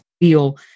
feel